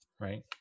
Right